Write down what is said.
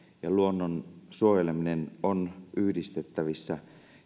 ja luonnon suojeleminen on yhdistettävissä